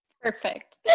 Perfect